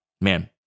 man